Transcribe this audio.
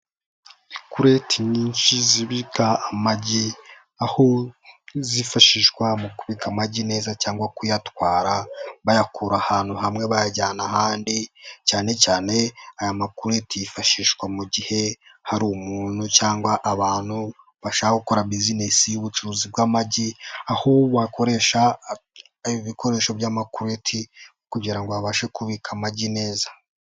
Ikureti nyinshi zibika amagi aho zifashishwa mu kubika amagi neza cyangwa kuyatwara bayakura ahantu hamwe bayajyana ahandi, cyane cyane aya makureti yifashishwa mu gihe hari umuntu cyangwa abantu bashaka gukora bizinesi y'ubucuruzi bw'amagi, aho wakoresha ibikoresho by'amakureti kugira ngo babashe kubika amagi neza.